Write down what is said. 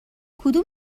کدوم